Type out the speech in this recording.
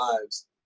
lives